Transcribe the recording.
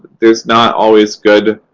there's not always good